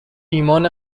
ایمان